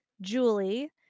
Julie